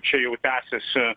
čia jau tęsiasi